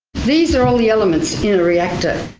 these are all the elements in a reactor.